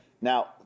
now